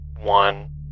one